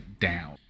down